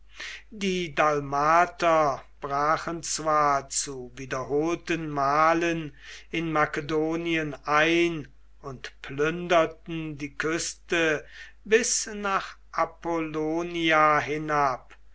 die dalmater brachen zwar zu wiederholten malen in makedonien ein und plünderten die küste bis nach apollonia hinab